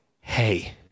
hey